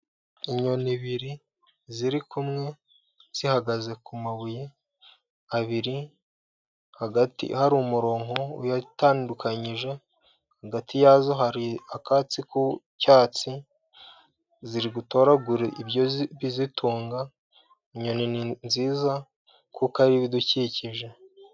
Inyoni ebyiri ziri kumwe zihagaze ku mabuye abiri, hagati hari umurongo witandukanyije, hagati yazo hari akatsi k'icyatsi, ziri gutoragura ibyo bizitunga. Inyoni ni nziza kuko ari ibidukikije.